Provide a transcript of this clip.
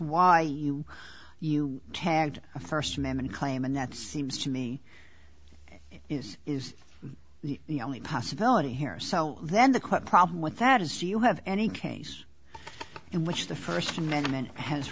why you tagged a first amendment claim and that seems to me is is the only possibility here so then the quote problem with that is you have any case in which the first amendment has